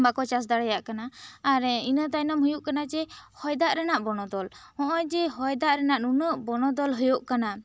ᱵᱟᱠᱚ ᱪᱟᱥ ᱫᱟᱲᱮᱭᱟᱜ ᱠᱟᱱᱟ ᱟᱨᱮ ᱤᱱᱟᱹ ᱛᱟᱭᱱᱚᱢ ᱦᱩᱭᱩᱜ ᱠᱟᱱᱟ ᱡᱮ ᱦᱚᱭ ᱫᱟᱜ ᱨᱮᱱᱟᱜ ᱵᱚᱱᱚᱫᱚᱞ ᱦᱚᱜᱚᱸᱭ ᱡᱮ ᱦᱚᱭᱫᱟᱜ ᱨᱮᱱᱟᱜ ᱱᱩᱱᱟᱹᱜ ᱵᱚᱱᱚᱫᱚᱞ ᱦᱩᱭᱩᱜ ᱠᱟᱱᱟ